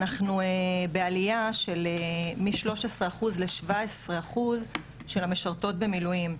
אנחנו בעלייה של מ-13 אחוז ל-17 אחוז של המשרתות במילואים,